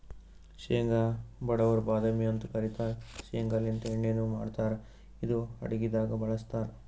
ಶೇಂಗಾ ಬಡವರ್ ಬಾದಾಮಿ ಅಂತ್ ಕರಿತಾರ್ ಶೇಂಗಾಲಿಂತ್ ಎಣ್ಣಿನು ಮಾಡ್ತಾರ್ ಇದು ಅಡಗಿದಾಗ್ ಬಳಸ್ತಾರ್